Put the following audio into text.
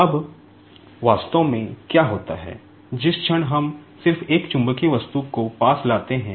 अब वास्तव में क्या होता है जिस क्षण हम सिर्फ एक चुंबकीय वस्तु को पास लाते हैं